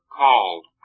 called